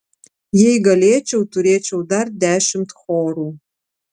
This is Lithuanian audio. jei galėčiau turėčiau dar dešimt chorų